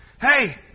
Hey